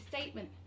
statement